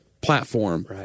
platform